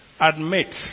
admit